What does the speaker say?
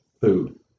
food